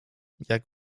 jak